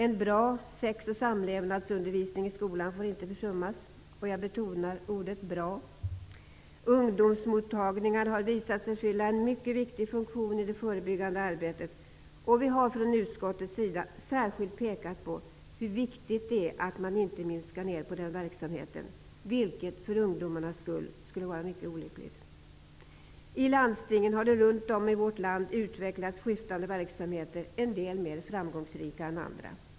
En bra sex och samlevnadsundervisning i skolan får inte försummas. Jag vill här betona ordet bra. Ungdomsmottagningarna har visat sig fylla en mycket viktig funktion i det förebyggande arbetet. Vi har från utskottets sida särskilt pekat på hur viktigt det är att man inte minskar den verksamheten. Det skulle för ungdomarnas del vara mycket olyckligt. I landstingen har det runt om i vårt land utvecklats skiftande verksamheter, en del mer framgångsrika än andra.